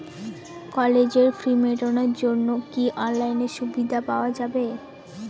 কলেজের ফি মেটানোর জন্য কি অনলাইনে সুবিধা পাওয়া যাবে?